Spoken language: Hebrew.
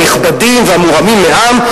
הנכבדים והמורמים מעם,